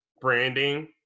branding